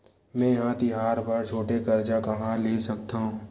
मेंहा तिहार बर छोटे कर्जा कहाँ ले सकथव?